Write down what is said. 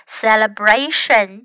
celebration